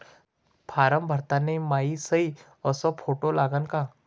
Form भरताना मायी सयी अस फोटो लागन का?